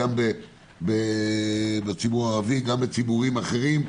גם בציבור הערבי וגם בציבורים אחרים.